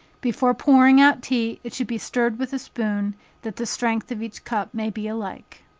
before pouring out tea, it should be stirred with a spoon that the strength of each cup may be alike.